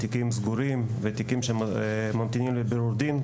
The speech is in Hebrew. תיקים סגורים ותיקים שממתינים לבירור דין,